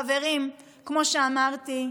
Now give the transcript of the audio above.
חברים, כמו שאמרתי,